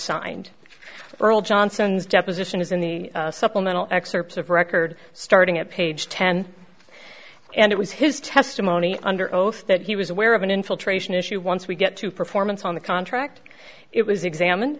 signed earle johnson's deposition is in the supplemental excerpts of record starting at page ten and it was his testimony under oath that he was aware of an infiltration issue once we get to performance on the contract it was examined